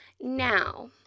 Now